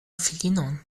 filinon